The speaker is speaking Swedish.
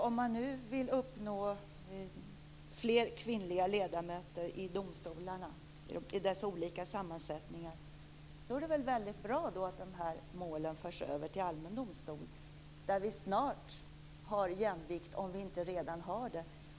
Om man vill uppnå fler kvinnliga ledamöter i de olika sammansättningarna i domstolarna, är det väl väldigt bra att dessa mål förs över till allmän domstol. Där har vi snart jämvikt, om vi inte redan har det.